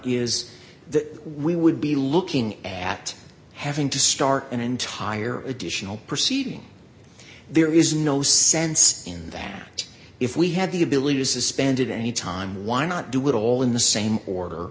is that we would be looking at having to start an entire additional proceeding there is no sense in that if we have the ability to suspended any time why not do it all in the same order